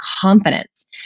confidence